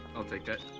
i'll take that.